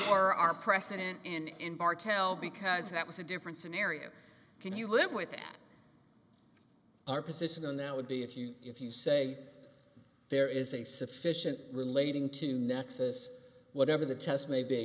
our precedent in our tell because that was a different scenario can you live with that our position on that would be if you if you say there is a sufficient relating to nexus whatever the test may be